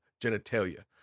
genitalia